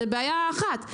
זו בעיה אחת,